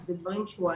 ואלה דברים שהועלו.